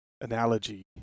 analogy